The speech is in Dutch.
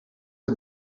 het